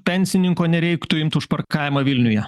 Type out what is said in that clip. pensininko nereiktų imt už parkavimą vilniuje